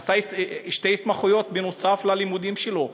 עשה שתי התמחויות בנוסף ללימודים שלו,